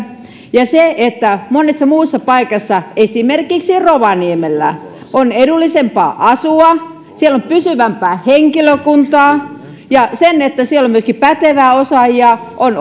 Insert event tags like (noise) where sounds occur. monessa muussa paikassa esimerkiksi rovaniemellä on edullisempaa asua siellä on pysyvämpää henkilökuntaa ja siellä on myöskin pätevää osaajaa on (unintelligible)